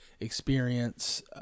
experience